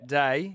day